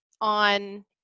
on